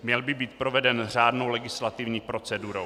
Měl by být proveden řádnou legislativní procedurou.